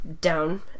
down